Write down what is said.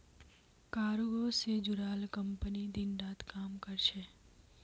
cargo से जुड़ाल company दिन रात काम कर छे